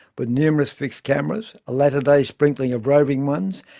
but numerous fixed cameras, a latter-day sprinkling of roving ones,